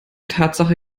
tatsache